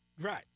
Right